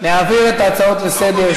להעביר את ההצעות לסדר-היום לוועדת הפנים.